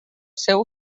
seu